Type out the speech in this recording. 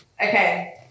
Okay